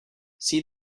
see